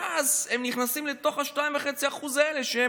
ואז הם נכנסים לתוך ה-2.5% האלה שהם